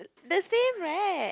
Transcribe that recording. the same right